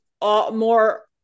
more